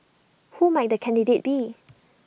who might the candidate be